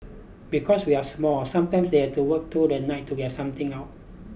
because we are small sometimes they have to work through the night to get something out